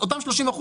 אותם ה-30%,